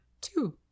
two